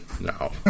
No